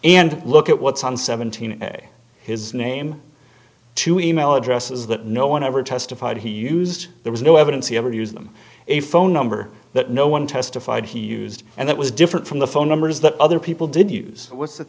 and look at what's on seventeen his name to e mail addresses that no one ever testified he used there was no evidence he ever used them a phone number that no one testified he used and that was different from the phone numbers that other people did use w